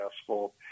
asphalt